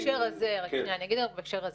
בהקשר הזה,